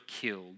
killed